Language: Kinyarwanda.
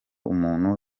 umuntu